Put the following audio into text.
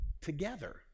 together